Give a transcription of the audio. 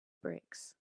bricks